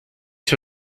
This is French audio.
sur